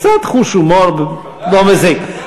קצת חוש הומור לא מזיק.